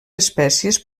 espècies